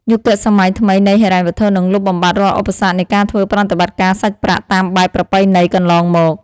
យុគសម័យថ្មីនៃហិរញ្ញវត្ថុនឹងលុបបំបាត់រាល់ឧបសគ្គនៃការធ្វើប្រតិបត្តិការសាច់ប្រាក់តាមបែបប្រពៃណីកន្លងមក។